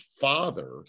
father